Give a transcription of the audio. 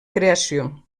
creació